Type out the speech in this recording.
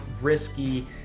risky